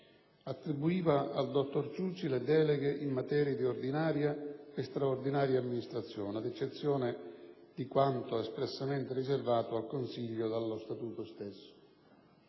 attribuiva al dottor Ciucci le deleghe in materia di ordinaria e straordinaria amministrazione, ad eccezione di quanto espressamente riservato al consiglio dallo statuto stesso.